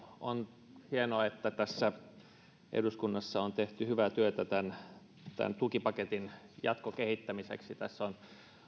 on hienoa että eduskunnassa on tehty hyvää työtä tämän tämän tukipaketin jatkokehittämiseksi tässä on